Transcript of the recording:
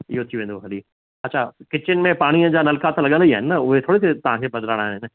इयो थी वेंदो हली अच्छा किचन में पाणीअ जा नलका त लॻियल ई आहिनि न उहे थोरी न तव्हांखे बदलाइणा आहिनि